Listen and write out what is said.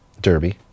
Derby